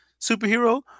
superhero